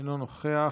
אינו נוכח.